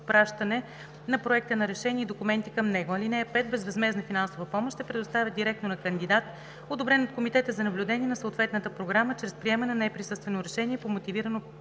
на проекта на решение и документите към него. (5) Безвъзмездна финансова помощ се предоставя директно на кандидат, одобрен от комитета за наблюдение на съответната програма, чрез приемане на неприсъствено решение по мотивирано